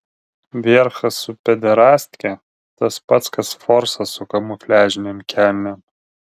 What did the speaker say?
vierchas su pederastke tas pats kas forsas su kamufliažinėm kelnėm